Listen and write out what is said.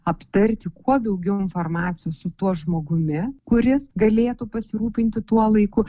aptarti kuo daugiau informacijos su tuo žmogumi kuris galėtų pasirūpinti tuo laiku